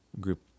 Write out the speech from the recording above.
group